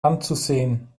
anzusehen